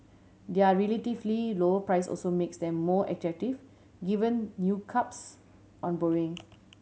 their relatively lower price also makes them more attractive given new curbs on borrowing